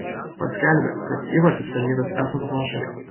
paskelbė kad įvartis pelnytas esant nuošalei